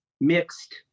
mixed